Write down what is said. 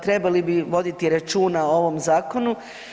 Trebali bi voditi računa o ovom Zakonu.